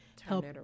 help